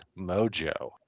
mojo